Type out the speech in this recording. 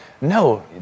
no